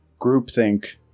groupthink